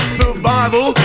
survival